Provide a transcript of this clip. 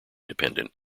dependent